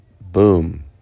boom